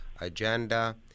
Agenda